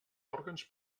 òrgans